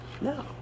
No